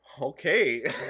Okay